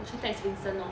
我去 text vincent lor